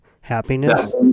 happiness